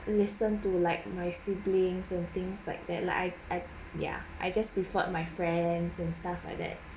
listen to like my siblings and things like that like I I yeah I just prefered my friends and stuff like that